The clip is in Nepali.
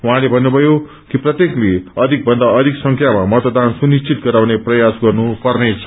उहँले भन्नुभयो कि प्रत्येक अविकभन्दा अविक संख्यामा मतदान सुनिश्वित गराउने प्रयास गर्नु पर्नेछ